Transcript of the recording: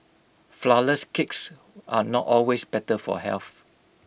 Flourless Cakes are not always better for health